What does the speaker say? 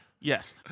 Yes